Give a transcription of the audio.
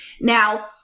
Now